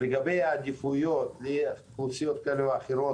לגבי העדיפויות לאוכלוסיות כאלה ואחרות,